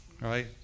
right